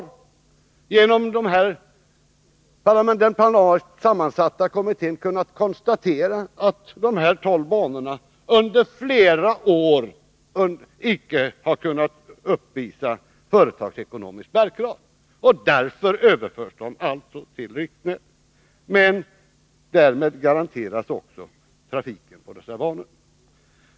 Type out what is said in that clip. I de parlamentariskt sammansatta kommittéerna har man kunnat konstatera att dessa tolv banor under flera år icke kunnat uppvisa företagsekonomisk bärkraft. Därför överförs de alltså till riksnätet, och därmed garanteras trafiken på dessa banor.